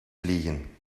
vliegen